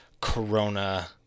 corona